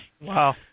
wow